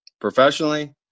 Professionally